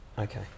Okay